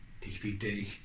DVD